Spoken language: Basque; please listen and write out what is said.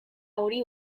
hori